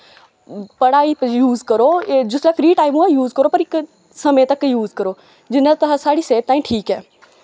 पढ़ाई पर यूज करो जिसलै फ्री टाईम होऐ यूज करो पर इक समें तक यूज करो जियां साढ़ी सेह्त तांई ठीक ऐ